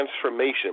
transformation